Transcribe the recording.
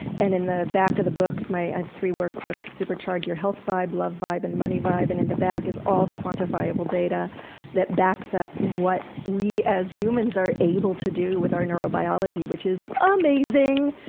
and in the back of the books i have three workbooks supercharge your health vibe, love vibe and money vibe and in the back is all the quantifiable data that backs up what we as humans are able to do with our neurobiology. which is amazing!